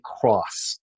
cross